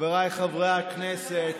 חבריי חברי הכנסת,